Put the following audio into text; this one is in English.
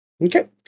Okay